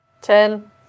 Ten